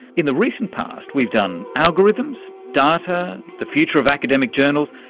in the recent past we've done algorithms, data, the future of academic journals,